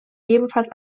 ebenfalls